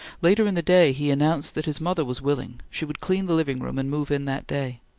later in the day he announced that his mother was willing, she would clean the living room and move in that day.